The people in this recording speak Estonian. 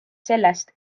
sellest